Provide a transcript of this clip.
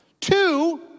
two